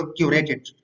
curated